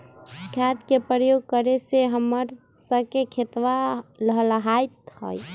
खाद के प्रयोग करे से हम्मर स के खेतवा लहलाईत हई